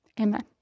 Amen